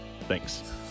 Thanks